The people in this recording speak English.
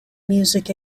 music